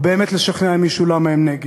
או באמת לשכנע מישהו למה הם נגד.